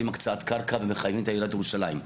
הקצאת קרקע ומחייבים את עיריית ירושלים.